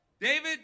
David